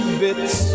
bits